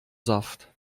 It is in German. saft